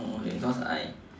okay cause I